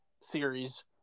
series